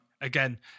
Again